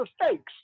mistakes